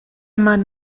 man